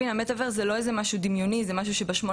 אנחנו מרגישים רטט בשלט שאנחנו אוחזים,